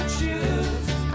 choose